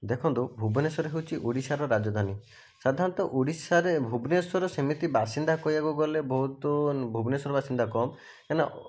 ଦେଖନ୍ତୁ ଭୁବନେଶ୍ୱର ହେଉଛି ଓଡ଼ିଶାର ରାଜଧାନୀ ସାଧାରଣତଃ ଓଡ଼ିଶାରେ ଭୁବନେଶ୍ୱର ସେମିତି ବାସିନ୍ଦା କହିବାକୁ ଗଲେ ବହୁତ ଭୁବନେଶ୍ୱର ବାସିନ୍ଦା କମ କାଇଁନା